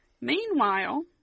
Meanwhile